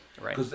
right